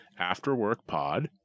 Afterworkpod